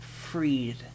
freed